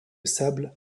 sable